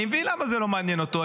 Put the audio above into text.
אני מבין למה זה לא מעניין אותו.